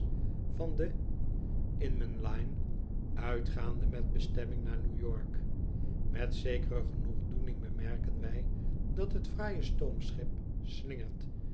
van de inman line uitgaande met bestemming naar newyork met zekere genoegdoening bemerken wij dat het fraaie stoomschip